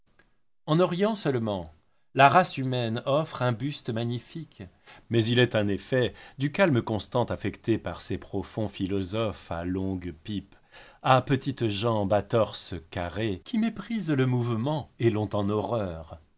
en orient seulement la race humaine offre un buste magnifique mais il est un effet du calme constant affecté par ces profonds philosophes à longue pipe à petites jambes à torses carrés qui méprisent le mouvement et l'ont en horreur